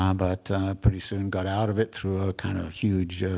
um but pretty soon got out of it through a kind of huge